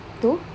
to